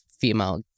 female